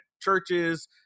churches